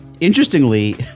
interestingly